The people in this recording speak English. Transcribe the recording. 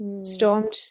stormed